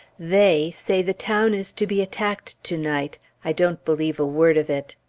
they say the town is to be attacked to-night. i don't believe a word of it.